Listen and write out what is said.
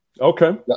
Okay